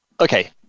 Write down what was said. okay